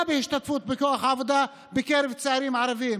בהשתתפות בכוח העבודה בקרב צעירים ערבים,